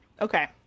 Okay